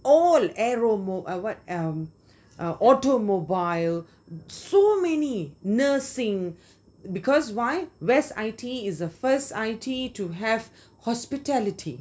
all arrowmo~ what um uh automobile so many nursing because why west I_T_E is the first I_T_E to have hospitality